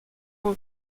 will